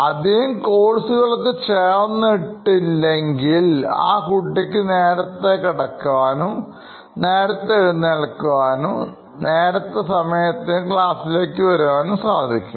അധികം കോഴ്സുകൾക്ക് ചേർന്നിട്ട് ഇല്ലെങ്കിൽ ആ കുട്ടിക്ക് നേരത്തെ കിടക്കാനുംനേരത്തെ എഴുന്നേൽക്കാനും നേരത്തെ സമയത്തിന് ക്ലാസ്സിലേക്ക് വരുവാൻ സാധിക്കും